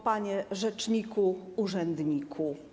Panie Rzeczniku Urzędniku!